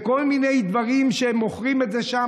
כל מיני דברים שמוכרים שם,